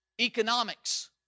economics